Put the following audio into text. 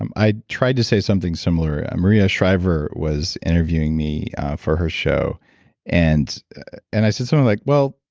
um i tried to say something similar. maria shriver was interviewing me for her show and and i said something like, well,